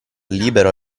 libero